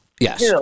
Yes